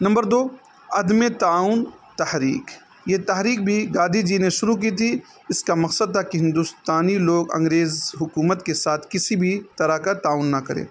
number دو عدم تعاون تحریک یہ تحریک بھی گاندھی جی نے شروع کی تھی اس کا مقصد تھا کہ ہندوستانی لوگ انگریز حکومت کے ساتھ کسی بھی طرح کا تعاون نہ کرے